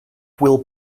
will